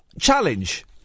Challenge